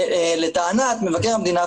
לטענת מבקר המדינה,